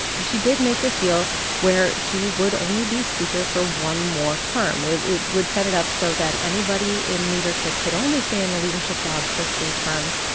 she did make this deal where she would only be speaker for one more term. it it would set it up so that anybody in leadership could only stay in the leadership job for three terms,